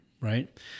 Right